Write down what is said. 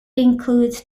includes